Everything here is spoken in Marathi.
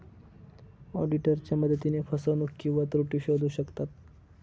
ऑडिटरच्या मदतीने फसवणूक किंवा त्रुटी शोधू शकतात